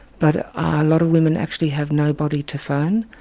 but a lot of women actually have nobody to phone.